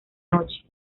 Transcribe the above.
noche